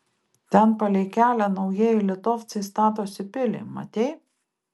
ten palei kelią naujieji litovcai statosi pilį matei